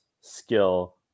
skill